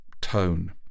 tone